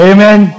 Amen